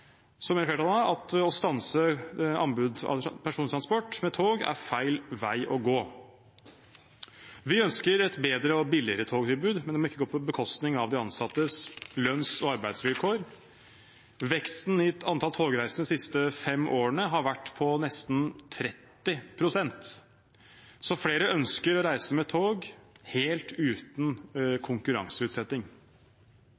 Så mener flertallet at å stanse anbud av persontransport med tog er feil vei å gå. Vi ønsker et bedre og billigere togtilbud, men det må ikke gå på bekostning av de ansattes lønns- og arbeidsvilkår. Veksten i antall togreiser de siste fem årene har vært på nesten 30 pst., så flere ønsker å reise med tog – helt uten